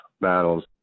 battles